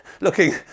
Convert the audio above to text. looking